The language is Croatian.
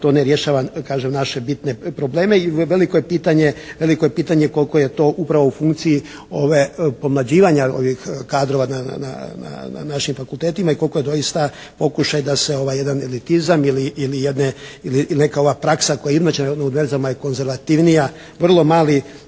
to ne rješava kažem naše bitne probleme i veliko je pitanje koliko je to upravo u funkciji pomlađivanja ovih kadrova na našim fakultetima i koliko je doista pokušaj da se ovaj jedan …/Govornik se ne razumije./… ili neka ova praksa koja je inače u vezama i konzervativnija vrlo mali